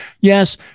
yes